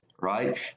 right